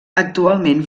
actualment